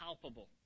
palpable